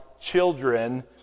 children